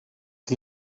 chi